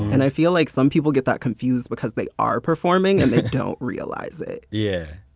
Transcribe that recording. and i feel like some people get that confused because they are performing and they don't realize it. yeah,